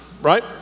right